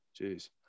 Jeez